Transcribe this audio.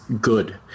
good